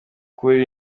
kubura